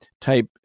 type